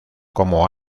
como